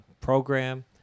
program